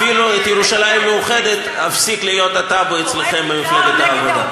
אפילו ירושלים מאוחדת הפסיקה להיות טבו אצלכם במפלגת העבודה.